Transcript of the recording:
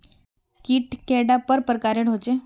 कीट कैडा पर प्रकारेर होचे?